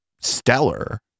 stellar